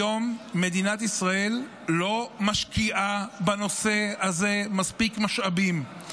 היום מדינת ישראל לא משקיעה בנושא הזה מספיק משאבים,